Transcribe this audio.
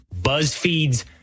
BuzzFeed's